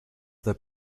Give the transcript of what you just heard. their